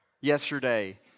yesterday